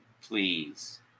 Please